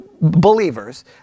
believers